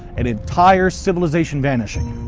an entire civilization vanishing.